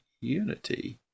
unity